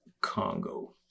Congo